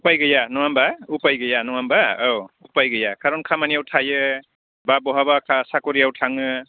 उपाय गैया नङा होनबा उपाय गैया नङा होनबा औ उपाय गैया कारन खामानियाव थायो बा बहाबा साकरियाव थाङो